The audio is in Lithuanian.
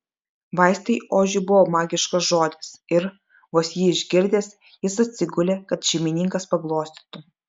vaistai ožiui buvo magiškas žodis ir vos jį išgirdęs jis atsigulė kad šeimininkas paglostytų